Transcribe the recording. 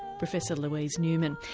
professor louise newman.